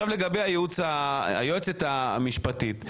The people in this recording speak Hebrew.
לגבי היועצת המשפטית.